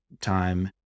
time